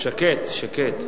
הכול שקט.